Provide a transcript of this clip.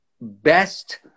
best